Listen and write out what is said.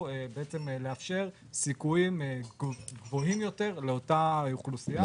לאפשר סיכויים גבוהים יותר לאותה אוכלוסייה.